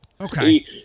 Okay